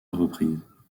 reprises